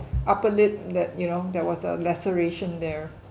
upper lip that you know there was a laceration there